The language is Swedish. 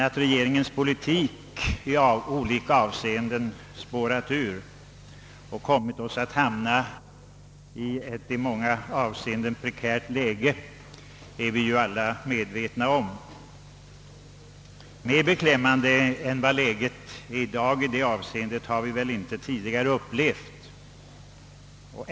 Att regeringens politik i olika avseenden spårat ur och försatt oss i ett ur olika synpunkter prekärt läge är dock alla medvetna om. Ett mer beklämmande läge än dagens har vi väl tidigare inte upplevt.